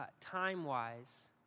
time-wise